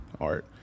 art